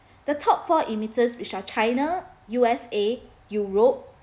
the top four emitters which are china U_S_A europe